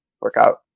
Workout